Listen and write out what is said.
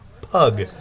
Pug